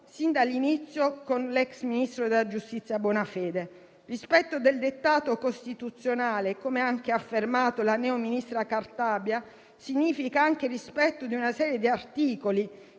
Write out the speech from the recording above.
sin dall'inizio con l'ex ministro della giustizia Bonafede. Rispetto del dettato costituzionale, come ha affermato la neoministra Cartabia, significa anche rispetto di una serie di articoli